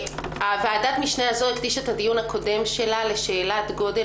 ועדת המשנה הזו הקדישה את הדיון הקודם שלה לשאלת גודל